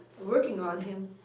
working on him.